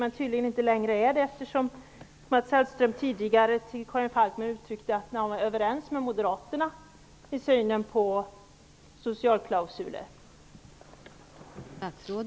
Men det är tydligen inte det längre, eftersom Mats Hellström tidigare till Karin Falkmer uttryckte att han var överens med